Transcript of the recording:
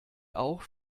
auch